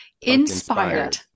inspired